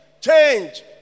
Change